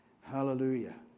Hallelujah